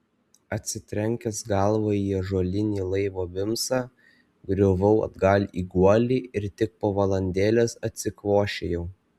atsitrenkęs galva į ąžuolinį laivo bimsą griuvau atgal į guolį ir tik po valandėlės atsikvošėjau